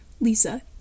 Lisa